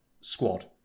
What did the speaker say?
squad